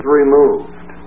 removed